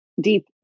deep